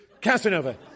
Casanova